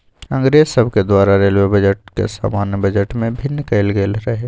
अंग्रेज सभके द्वारा रेलवे बजट के सामान्य बजट से भिन्न कएल गेल रहै